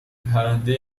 پرنده